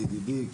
ידידי,